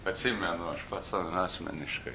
atsimenu aš pats asmeniškai